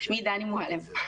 שמי דני מועלם,